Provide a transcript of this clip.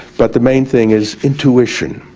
but the main thing is intuition.